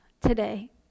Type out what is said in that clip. today